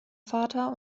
vater